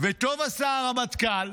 וטוב עשה הרמטכ"ל